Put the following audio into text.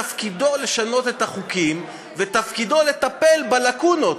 תפקידו לשנות את החוקים ותפקידו לטפל בלקונות.